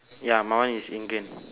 ya my one is in green